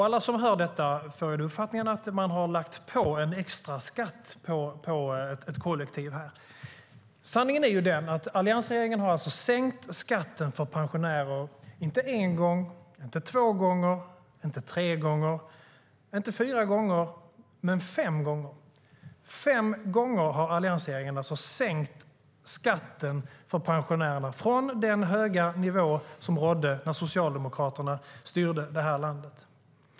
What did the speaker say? Alla som hör detta får uppfattningen att man har lagt på en extra skatt på ett kollektiv. Sanningen är ju den att alliansregeringen har sänkt skatten för pensionärer - inte en gång, inte två gånger, inte tre gånger, inte fyra gånger, utan fem gånger. Fem gånger har alltså alliansregeringen sänkt skatten för pensionärer från den höga nivå som rådde när Socialdemokraterna styrde det här landet.